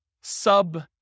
sub